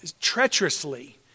treacherously